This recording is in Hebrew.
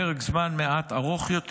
לפרק זמן מעט יותר ארוך,